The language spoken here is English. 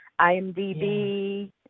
IMDb